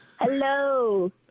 Hello